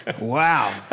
Wow